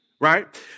right